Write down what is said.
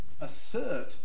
assert